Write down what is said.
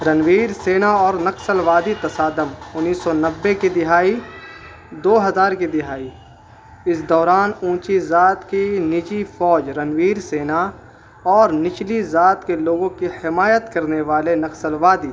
رنویر سیننا اور نقصل وادی تصادم انیس سو نبے کی دہائی دو ہزار کی دہائی اس دوران اونچی ذات کی نچی فوج رنویر سین اور نچلی ذات کے لوگوں کی حمایت کرنے والے نقصلوادی